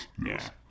Yes